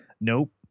Nope